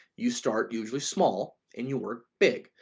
you start usually small and you work big.